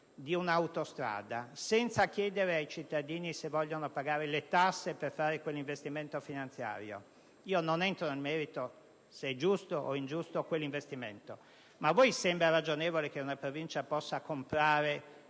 di un'autostrada senza chiedere ai cittadini se vogliono pagare le tasse per realizzare quell'investimento finanziario, pur non entrando nel merito se sia giusto o ingiusto quell'investimento, vi sembra ragionevole che una Provincia possa comprare